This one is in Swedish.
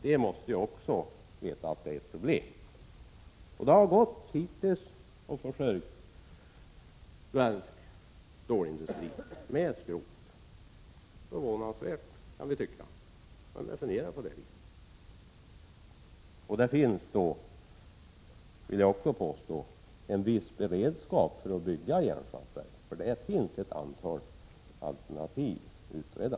De måste ju också veta att detta är ett problem. Det har hittills gått att försörja svensk stålindustri med skrot. Vi kan tycka att det är förvånansvärt — man resonerar på det sättet. Jag vill också påstå att det finns en viss beredskap för att bygga järnsvampsverk, eftersom det finns ett antal alternativ att utreda.